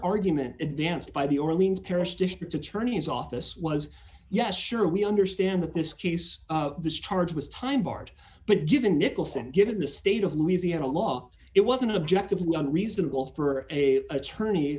argument advanced by the orleans parish district attorney's office was yes sure we understand that this case this charge was time barred but given nicholson given the state of louisiana law it was an objective reasonable for a attorney